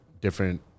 different